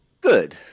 good